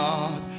God